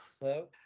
Hello